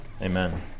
amen